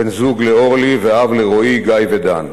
בן-זוג לאורלי ואב לרועי, גיא ודן.